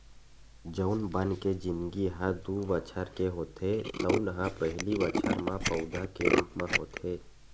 जउन बन के जिनगी ह दू बछर के होथे तउन ह पहिली बछर म पउधा के रूप म होथे